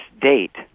date